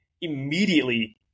immediately